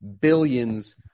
billions